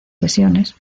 sesiones